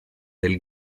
del